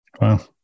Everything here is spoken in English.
Wow